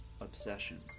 obsession